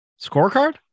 scorecard